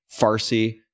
Farsi